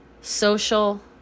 social